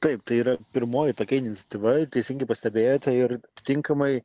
taip tai yra pirmoji tokia iniciatyva teisingai pastebėjote ir tinkamai